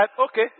Okay